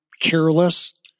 careless